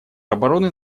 обороны